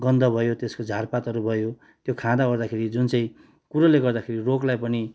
गन्ध भयो त्यसको झारपातहरू भयो त्यो खाँदाओर्दाखेरि जुन चाहिँ कुरोले गर्दाखेरि रोगलाई पनि